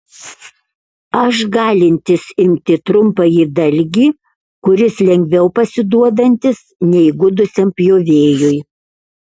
aš galintis imti trumpąjį dalgį kuris lengviau pasiduodantis neįgudusiam pjovėjui